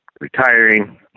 retiring